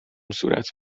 صورت